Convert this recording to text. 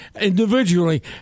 individually